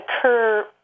occur